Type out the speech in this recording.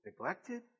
neglected